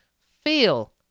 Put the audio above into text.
feel